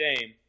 shame